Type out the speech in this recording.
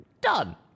Done